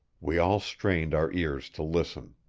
we all strained our ears to listen.